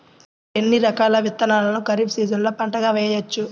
ఎన్ని రకాల విత్తనాలను ఖరీఫ్ సీజన్లో పంటగా వేయచ్చు?